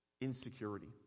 insecurity